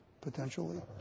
potentially